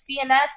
cns